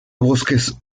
bosques